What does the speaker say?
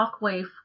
shockwave